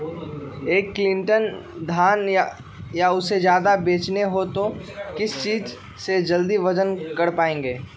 एक क्विंटल धान या उससे ज्यादा बेचना हो तो किस चीज से जल्दी वजन कर पायेंगे?